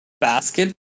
basket